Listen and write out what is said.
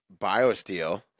Biosteel